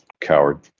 coward